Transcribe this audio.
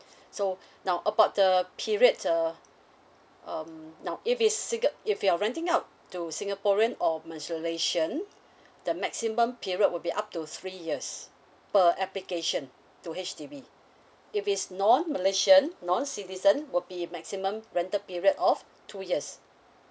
so now about the period uh um now if it's sin~ if you're renting out to singaporean or malaysian the maximum period will be up to three years per application to H_D_B if it's non malaysian non citizen will be maximum rented period of two years